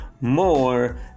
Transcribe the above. more